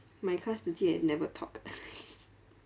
my class 直接 never talk